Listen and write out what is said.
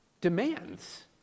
demands